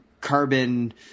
carbon